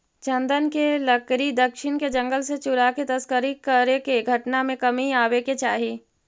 चन्दन के लकड़ी दक्षिण के जंगल से चुराके तस्करी करे के घटना में कमी आवे के चाहि